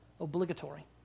obligatory